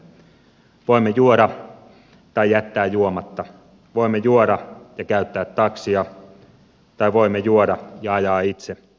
voimme juoda tai jättää juomatta voimme juoda ja käyttää taksia tai voimme juoda ja ajaa itse